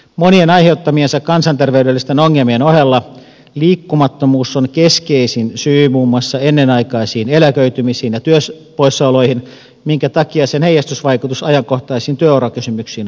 monien aiheuttamiensa kansanterveydellisten ongelmien ohella liikkumattomuus on keskeisin syy muun muassa ennenaikaisiin eläköitymisiin ja työpoissaoloihin minkä takia sen heijastusvaikutus ajankohtaisiin työurakysymyksiin on vahva